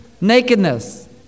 nakedness